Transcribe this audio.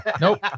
Nope